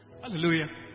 Hallelujah